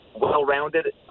well-rounded